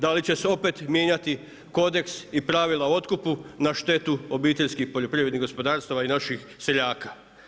Da li će se opet mijenjati kodeks i pravila o otkupu na štetu obiteljskih poljoprivrednih gospodarstava i naših seljaka.